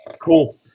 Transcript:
Cool